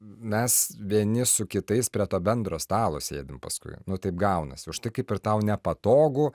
mes vieni su kitais prie to bendro stalo sėdim paskui nu taip gaunasi už tai kaip ir tau nepatogu